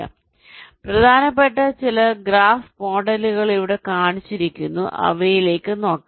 അതിനാൽ പ്രധാനപ്പെട്ട ചില ഗ്രാഫ് മോഡലുകൾ ഇവിടെ കാണിച്ചിരിക്കുന്നു നമ്മൾ അവയിലേക്ക് നോക്കും